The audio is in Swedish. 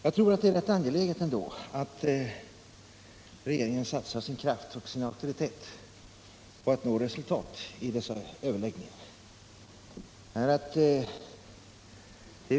Jag tror att det är rätt angeläget att regeringen satsar sin kraft och sin auktoritet på att nå resultat vid dessa överläggningar.